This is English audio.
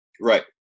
right